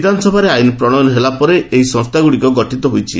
ବିଧାନସଭାରେ ଆଇନ ପ୍ରଶୟନ ହେଲା ପରେ ଏହି ସଂସ୍ଥାଗୁଡ଼ିକ ଗଠିତ ହୋଇଛି